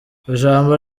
ijambo